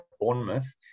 Bournemouth